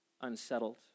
unsettled